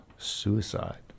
suicide